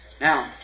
Now